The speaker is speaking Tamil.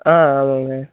ஆ ஆமாங்க